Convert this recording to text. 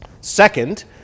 Second